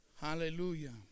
Hallelujah